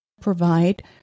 provide